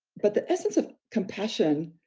but the essence of compassion,